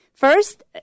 First